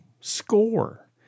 score